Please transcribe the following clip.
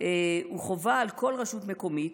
הוא חובה על כל רשות מקומית,